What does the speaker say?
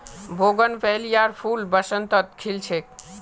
बोगनवेलियार फूल बसंतत खिल छेक